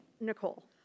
Nicole